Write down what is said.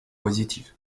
positive